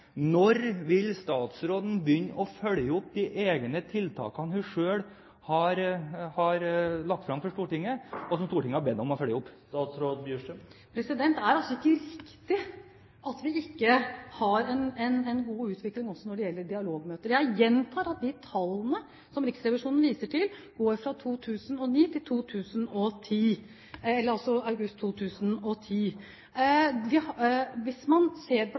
Når vil statsråden begynne å følge opp de tiltakene hun selv har lagt frem for Stortinget, og som Stortinget har bedt henne følge opp? Det er altså ikke riktig at vi ikke har en god utvikling også når det gjelder dialogmøter. Jeg gjentar at de tallene som Riksrevisjonen viser til, går fra 2009 til august 2010. Hvis man bl.a. ser på